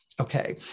okay